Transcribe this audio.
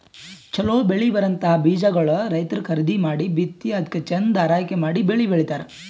ಛಲೋ ಬೆಳಿ ಬರಂಥ ಬೀಜಾಗೋಳ್ ರೈತರ್ ಖರೀದಿ ಮಾಡಿ ಬಿತ್ತಿ ಅದ್ಕ ಚಂದ್ ಆರೈಕೆ ಮಾಡಿ ಬೆಳಿ ಬೆಳಿತಾರ್